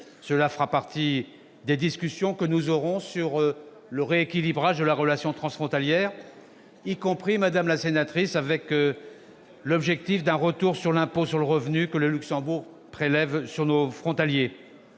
Cela fera partie des discussions que nous aurons sur le rééquilibrage de la relation transfrontalière, y compris, madame la sénatrice, avec l'objectif d'un retour de l'impôt sur le revenu que le Luxembourg prélève sur nos frontaliers.